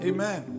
Amen